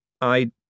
I